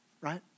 right